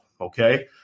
Okay